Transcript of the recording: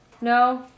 No